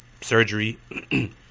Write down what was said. surgery